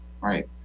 right